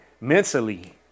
mentally